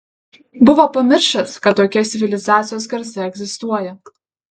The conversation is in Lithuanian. buvo pamiršęs kad tokie civilizacijos garsai egzistuoja